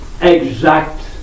exact